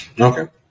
Okay